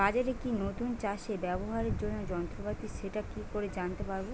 বাজারে কি নতুন চাষে ব্যবহারের জন্য যন্ত্রপাতি সেটা কি করে জানতে পারব?